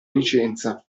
licenza